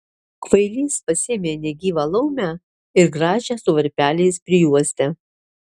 kvailys pasiėmė negyvą laumę ir gražią su varpeliais prijuostę